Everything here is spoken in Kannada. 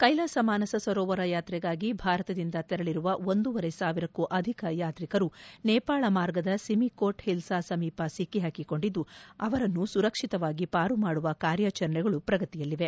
ಕೈಲಾಸ ಮಾನಸ ಸರೋವರ ಯಾತ್ರೆಗಾಗಿ ಭಾರತದಿಂದ ತೆರಳಿರುವ ಒಂದೂವರೆ ಸಾವಿರಕ್ಕೂ ಅಧಿಕ ಯಾತ್ರಿಕರು ನೇಪಾಳ ಮಾರ್ಗದ ಸಿಮಿಕೋಟ್ ಓಲ್ನಾ ಸಮೀಪ ಸಿಕ್ಕಿಪಾಕಿಕೊಂಡಿದ್ದು ಅವರನ್ನು ಸುರಕ್ಷಿತವಾಗಿ ಪಾರು ಮಾಡುವ ಕಾರ್ಯಾಚರಣೆಗಳು ಪ್ರಗತಿಯಲ್ಲಿವೆ